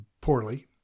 poorly